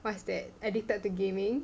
what's that addicted to gaming